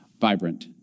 vibrant